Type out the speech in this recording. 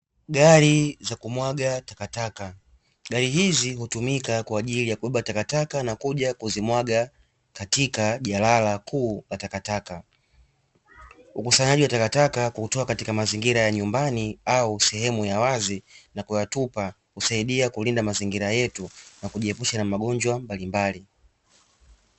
Gari za kumwaga takataka, gari hizi hutumika kwa ajili ya kubeba takataka na kuja kuzimwaga katika jalala kuu la takataka, ukusanyaji wa takataka kuutoa katika mazingira ya nyumbani au sehemu ya wazi na kuyatupa, husaidia kulinda mazingira yetu na kujiepusha na magonjwa mbalimbali.